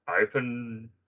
Open